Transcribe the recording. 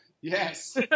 Yes